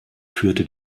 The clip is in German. führte